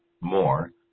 more